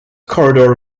corridor